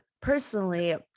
personally